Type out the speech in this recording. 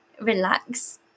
relax